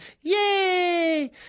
Yay